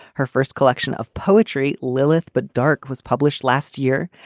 her first collection of poetry lilith but dark was published last year.